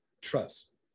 trust